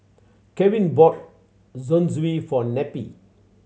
Crevin bought Zosui for Neppie